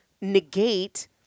negate